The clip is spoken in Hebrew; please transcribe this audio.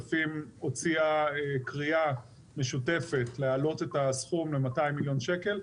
הוציאה קריאה משותפת להעלות את הסכום ל-200 מיליון שקל.